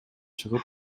чыгып